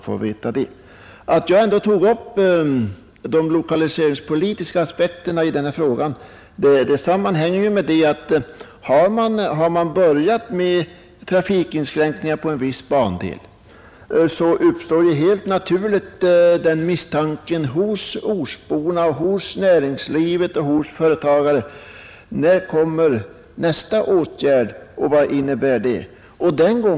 Orsaken till att jag tog upp de lokaliseringspolitiska aspekterna i detta fall var att när man börjat göra trafikinskränkningar på en viss bandel, så frågar sig ortsborna, näringslivets företrädare och företagarna där omedelbart: När kan nästa åtgärd väntas, och vad kommer den att innebära?